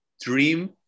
dream